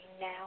Now